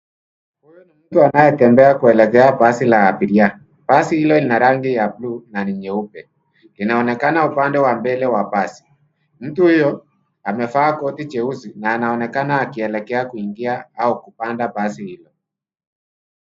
Mtu anaye tembea kuelekea basi la abiria. Basi hilo lina rangi ya bluu na nyeupe. Inaonekana upande wa mbele wa basi. Mtu huyo amevaa koti jeusi na anaonekana kuingia au kupanda basi hilo.